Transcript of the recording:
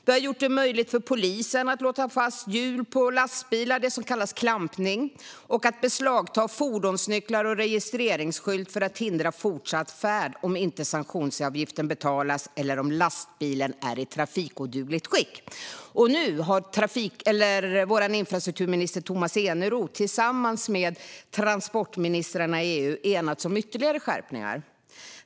Vi har gjort det möjligt för polisen att låsa fast hjul på lastbilar - det som kallas klampning - och att beslagta fordonsnycklar och registreringsskylt för att hindra fortsatt färd om inte sanktionsavgiften betalas eller om lastbilen är i trafikodugligt skick. Nu har vår infrastrukturminister Tomas Eneroth tillsammans med transportministrarna i EU enats om ytterligare skärpningar.